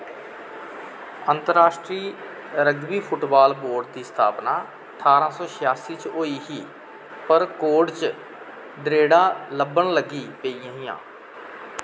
अंतर्राश्ट्री rugby football board दी स्थापना ठारां सौ छेआसी च होई ही पर बोर्ड च द्रेड़ां लब्भन लगी पेइयां हियां